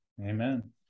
Amen